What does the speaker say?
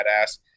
badass